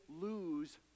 lose